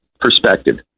perspective